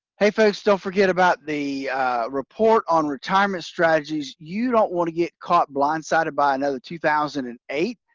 hey, folks, don't forget about the report on retirement strategies. you don't want to get caught blindsided by another two thousand and eight,